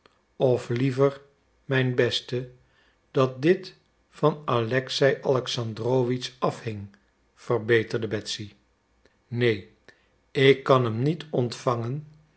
of liever mijn beste dat dit van alexei alexandrowitsch afhing verbeterde betsy neen ik kan hem niet ontvangen